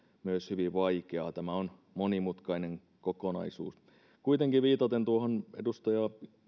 myös kohdentaminen hyvin vaikeaa tämä on monimutkainen kokonaisuus kuitenkin viitaten tuohon edustaja